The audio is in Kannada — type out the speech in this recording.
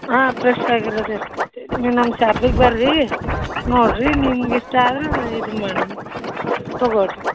ಹಾಂ ಪ್ರೆಶ್ ಆಗಿರದು ಇರ್ತೈತಿ ನೀವು ನಮ್ಮ ಶಾಪಿಗೆ ಬರ್ರೀ ನೋಡ್ರಿ ನಿಮ್ಗ ಇಷ್ಟ ಆದರೆ ಇದು ಮಾಡಣ ತಗೊಳಿ ರೀ